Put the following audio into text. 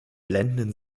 blendenden